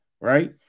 right